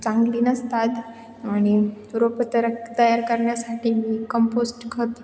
चांगली नसतात आणि रोप तरा तयार करण्यासाठी मी कंपोस्ट खत